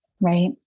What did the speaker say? right